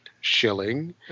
Shilling